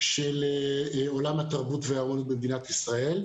של עולם התרבות והאומנות במדינת ישראל,